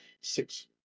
six